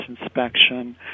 inspection